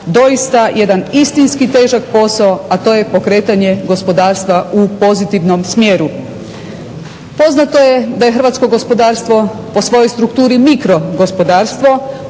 doista jedan istinski težak posao, a to je pokretanje gospodarstva u pozitivnom smjeru. Poznato je da je hrvatsko gospodarstvo po svojoj strukturi mikro gospodarstvo